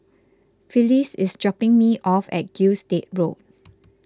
Phyllis is dropping me off at Gilstead Road